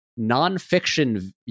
nonfiction